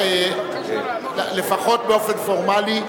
לפחות באופן פורמלי,